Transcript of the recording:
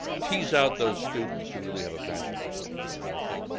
tease out those students who really have a passion for something. and i think,